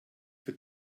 für